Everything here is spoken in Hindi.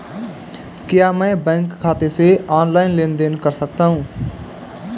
क्या मैं बैंक खाते से ऑनलाइन लेनदेन कर सकता हूं?